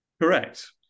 Correct